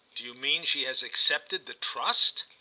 do you mean she has accepted the trust?